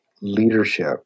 leadership